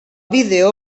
vídeo